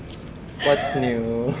what's new